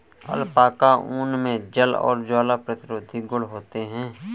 alpaca ऊन मे जल और ज्वाला प्रतिरोधी गुण होते है